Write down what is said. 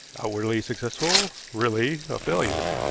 outwardly successful, really a failure.